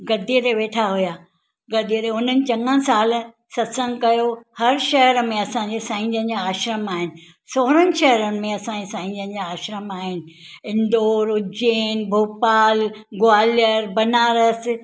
गदीअ ते वेठा हुआ गदीअ ते हुननि चङा साल सतसंगु कयो हर शहर में असांजे साईंजन जा आश्रम आहिनि सोरहनि शहरनि में असांजे साईंजन जा आश्रम आहिनि इंदौर उजैन भोपाल ग्वालियर बनारस